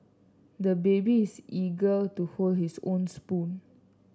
the baby is eager to hold his own spoon